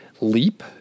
Leap